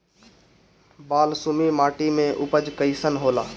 बालसुमी माटी मे उपज कईसन होला?